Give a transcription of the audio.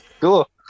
cool